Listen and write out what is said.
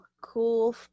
cool